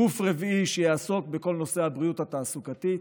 גוף רביעי שיעסוק בכל נושא הבריאות התעסוקתית,